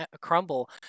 crumble